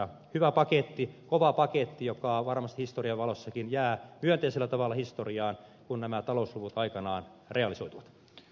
hyvä paketti kova paketti joka varmasti historian valossakin jää myönteisellä tavalla historiaan kun nämä talousluvut aikanaan realisoituvat